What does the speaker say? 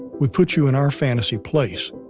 we put you in our fantasy place.